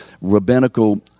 rabbinical